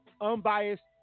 unbiased